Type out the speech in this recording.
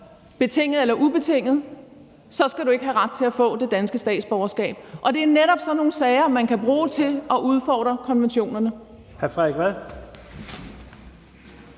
betinget eller ubetinget, skal du ikke have ret til at få det danske statsborgerskab. Og det er netop sådan nogle sager, man kan bruge til at udfordre konventionerne.